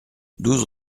douze